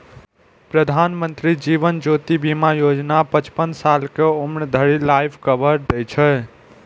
प्रधानमंत्री जीवन ज्योति बीमा योजना पचपन साल के उम्र धरि लाइफ कवर दै छै